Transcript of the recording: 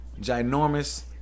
ginormous